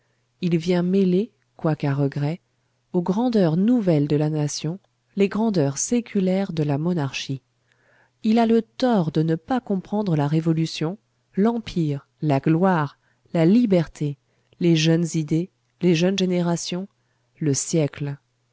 il vient mêler quoique à regret aux grandeurs nouvelles de la nation les grandeurs séculaires de la monarchie il a le tort de ne pas comprendre la révolution l'empire la gloire la liberté les jeunes idées les jeunes générations le siècle